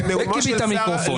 וכיבית מיקרופון.